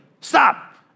stop